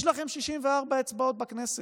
יש לכם 64 אצבעות בכנסת,